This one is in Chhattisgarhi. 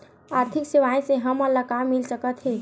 आर्थिक सेवाएं से हमन ला का मिल सकत हे?